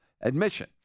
admission